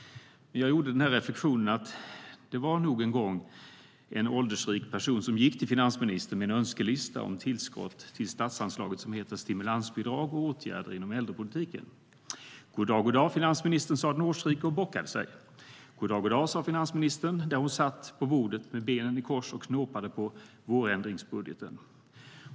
Men jag gjorde den här reflektionen.- God dag, god dag, finansministern! sa den årsrike och bockade.- God dag, god dag! sa finansministern där hon satt på bordet med benen i kors och knåpade med vårändringsbudgeten.